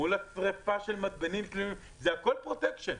מול השריפה של מתבנים שלמים, זה הכול פרוטקשן.